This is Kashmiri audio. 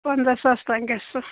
پندہ ساس تام گژھِ سُہ